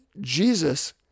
Jesus